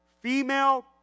female